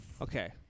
Okay